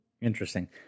Interesting